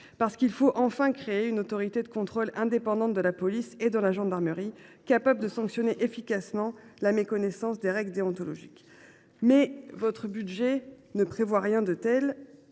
–, qu’il faut enfin créer une autorité de contrôle indépendante de la police et de la gendarmerie, capable de sanctionner efficacement la méconnaissance des règles déontologiques, ce budget ne prévoit rien de tel.